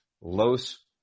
los